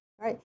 Right